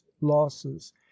losses